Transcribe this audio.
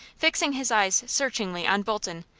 fixing his eyes searchingly on bolton,